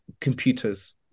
computers